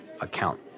account